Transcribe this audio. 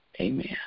Amen